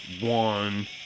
One